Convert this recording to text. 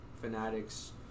fanatics